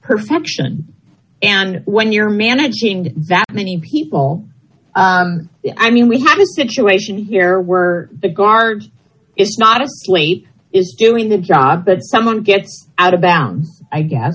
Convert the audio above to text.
perfection and when you're managing to that many people i mean we have a situation here where the guards is not a slate is doing the job but someone gets out of bounds i guess